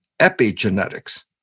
epigenetics